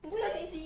你知道你